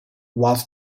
was